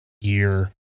year